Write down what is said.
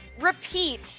repeat